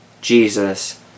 Jesus